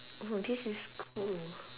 oh this is cool